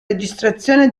registrazione